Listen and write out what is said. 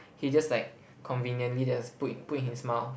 he just like conveniently just put in put in his mouth